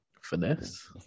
Finesse